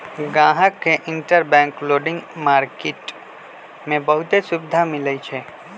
गाहक के interbank lending market में बहुते सुविधा मिलई छई